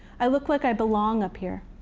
i look like i belong up here.